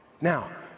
Now